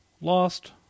lost